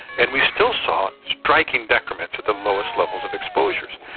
and we still saw striking decrements at the lowest levels of exposures.